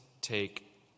take